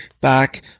back